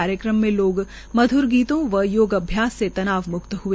कार्यक्रम में लोग मध्र गीतों व अभ्यास से तनाव मुक्त हए